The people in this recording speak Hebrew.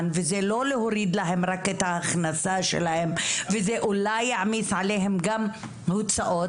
וזה לא להוריד להם רק את ההכנסה שלהם וזה אולי יעמיס עליהם גם הוצאות.